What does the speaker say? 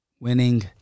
Winning